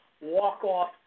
walk-off